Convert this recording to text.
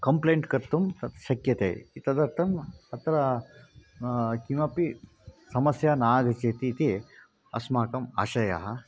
complaint कर्तुं तत् शक्यते इ तदर्थम् अत्र किमपि समस्या न आगच्छति इति अस्माकम् आशयः